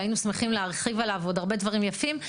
שהיינו שמחים להרחיב עליו עוד הרבה דברים יפים,